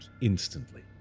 instantly